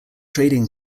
trading